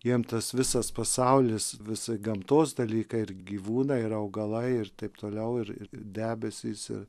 jiem tas visas pasaulis visai gamtos dalykai ir gyvūnai ir augalai ir taip toliau ir ir debesys ir